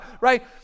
right